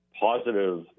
positive